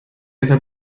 ever